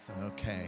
Okay